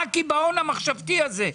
מה הקיבעון המחשבתית הזו?